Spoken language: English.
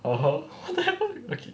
orh okay